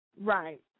Right